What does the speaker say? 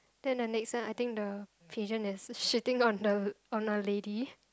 then the next one I think the pigeon is shitting on the on a lady